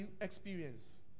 experience